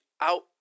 out